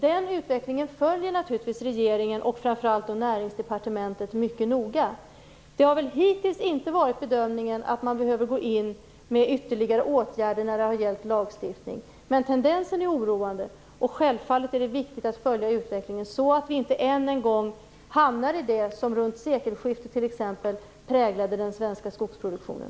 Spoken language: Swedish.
Den utvecklingen följer naturligtvis regeringen, och framför allt Näringsdepartmentet, mycket noga. Hittills har väl bedömningen inte varit att man behöver gå in och vidta ytterligare åtgärder när det har gällt lagstiftning. Men tendensen är oroande, och självfallet är det viktigt att följa utvecklingen så att vi inte än en gång hamnar i det som t.ex. runt sekelskiftet präglade den svenska skogsproduktionen.